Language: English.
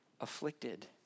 afflicted